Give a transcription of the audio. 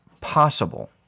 possible